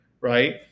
right